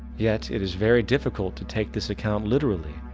yet it is very difficult to take this account literally,